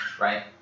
right